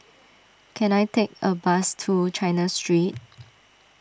can I take a bus to China Street